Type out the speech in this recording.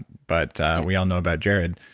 but we all know about jared.